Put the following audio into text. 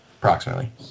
Approximately